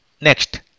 Next